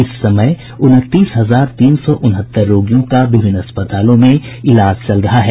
इस समय उनतीस हजार तीन सौ उनहत्तर रोगियों का विभिन्न अस्पतालों में इलाज चल रहा है